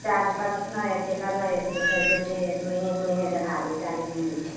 charge करने जाइ छिए करने जाइ छिए फेर बैठिए जाइ छै ओहिनेके ओहिने देखाबै छै चार्ज नहि होइ छै